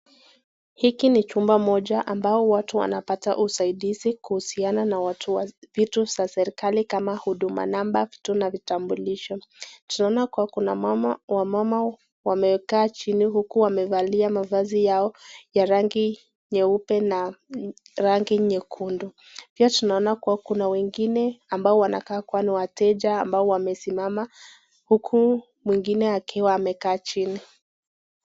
Hiki ni chumba moja watu wanapata usaidizi kuhusiana na vitu za serikali kama huduma namba kama vitambulisho. Tunaona kuwa kuna mama wamama wamekaa chini huku wamevalia mavazi yao ya rangi nyeupe na rangi nyekundu. Pia tunaona kuwa kuna wengine ambao wanakaa kuwa ni wateja ambao wamesimama huku mwingine akiwa amekaa chini.